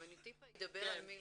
אני אדבר על מיל"ה.